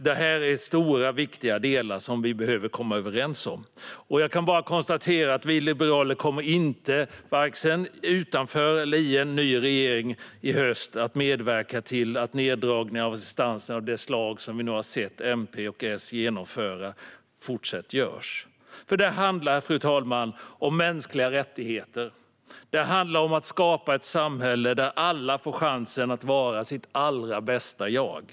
Detta är stora, viktiga delar som vi behöver komma överens om. Jag kan bara konstatera att vi liberaler varken i eller utanför en ny regering i höst kommer att medverka till fortsatta neddragningar av assistansen av det slag som vi nu har sett MP och S genomföra. Det handlar, fru talman, om mänskliga rättigheter. Det handlar om att skapa ett samhälle där alla får chansen att vara sitt allra bästa jag.